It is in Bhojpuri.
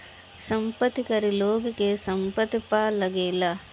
संपत्ति कर लोग के संपत्ति पअ लागेला